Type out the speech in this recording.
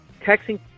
texting